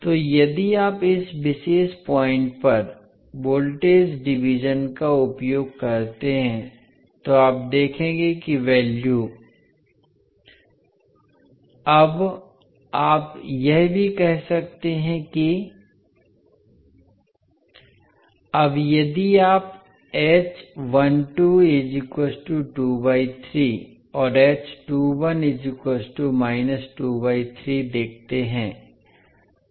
इसलिए यदि आप इस विशेष पॉइंट पर वोल्ट डिवीज़न का उपयोग करते हैं तो आप देखेंगे कि वैल्यू अब आप यह भी कह सकते हैं कि अब यदि आप और देखते हैं